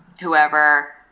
whoever